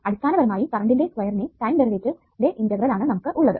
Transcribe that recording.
അടിസ്ഥാനപരമായി കറണ്ടിന്റെ സ്ക്വയറിനെ ടൈം ഡെറിവേറ്റീവിന്റെ ഇന്റഗ്രൽ ആണ് നമുക്ക് ഉള്ളത്